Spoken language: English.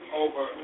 over